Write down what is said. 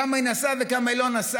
כמה היא נסעה וכמה היא לא נסעה,